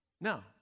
No